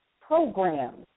programs